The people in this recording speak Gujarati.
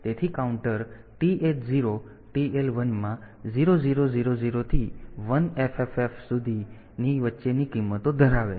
તેથી કાઉન્ટર TH 0 TL 1 માં 0000 થી 1FFF ની વચ્ચેની કિંમતો ધરાવે છે